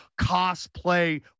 cosplay